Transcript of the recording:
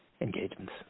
engagements